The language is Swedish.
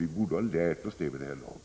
Det borde vi ha lärt oss vid det här laget.